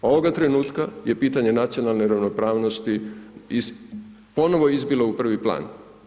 Ovoga trenutka je pitanje nacionalne ravnopravnosti, ponovno izbila u prvi plan.